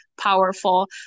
powerful